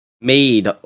made